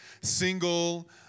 single